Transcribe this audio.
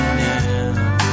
now